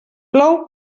plou